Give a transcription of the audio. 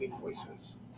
voices